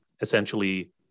essentially